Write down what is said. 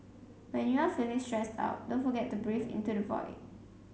when you are feeling stressed out don't forget to breathe into the void